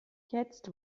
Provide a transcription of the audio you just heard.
jetzt